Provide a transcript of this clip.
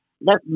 Let